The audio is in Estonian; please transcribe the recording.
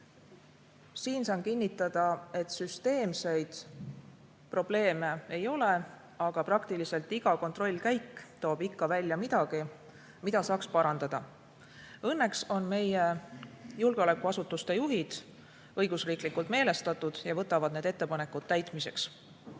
Saan kinnitada, et süsteemseid probleeme ei ole, aga peaaegu iga kontrollkäik toob välja midagi, mida saaks parandada. Õnneks on meie julgeolekuasutuste juhid õigusriiklikult meelestatud ja võtavad need ettepanekud täitmiseks.